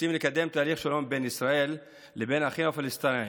רוצים לקדם תהליך שלום בין ישראל לבין אחינו הפלסטינים,